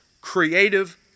creative